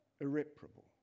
irreparable